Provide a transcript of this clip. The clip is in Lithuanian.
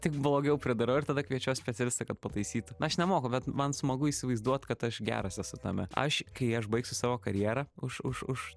tik blogiau pridarau ir tada kviečiuos specialistą kad pataisytų aš nemoku bet man smagu įsivaizduot kad aš geras esu tame aš kai aš baigsiu savo karjerą už už už